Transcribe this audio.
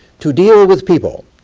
to deal with people,